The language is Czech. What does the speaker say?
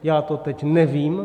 Já to teď nevím.